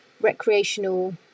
recreational